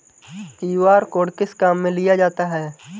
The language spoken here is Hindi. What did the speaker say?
क्यू.आर कोड किस किस काम में लिया जाता है?